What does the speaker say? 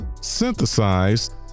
synthesized